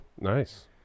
Nice